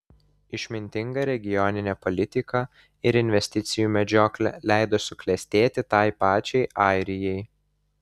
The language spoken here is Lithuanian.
išmintinga regioninė politika ir investicijų medžioklė leido suklestėti tai pačiai airijai